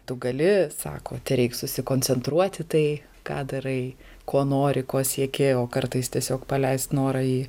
tu gali sako tereik susikoncentruoti į tai ką darai ko nori ko sieki o kartais tiesiog paleisti norą į